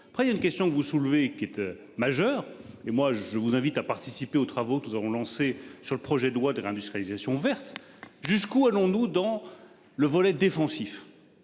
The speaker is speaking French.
près il y a une question que vous soulevez qui était majeur et moi je vous invite à participer aux travaux tous auront lancé sur le projet de loi de réindustrialisation verte. Jusqu'où allons-nous dans le volet défensif.